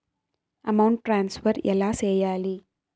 amount transfer ఎలా సేయాలి